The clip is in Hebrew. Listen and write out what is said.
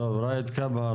ראאד כבהא,